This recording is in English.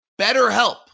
BetterHelp